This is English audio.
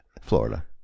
Florida